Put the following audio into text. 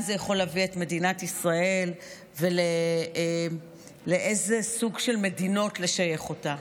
זה יכול להביא את מדינת ישראל ולאיזה סוג של מדינות לשייך אותה.